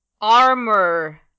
armor